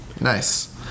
Nice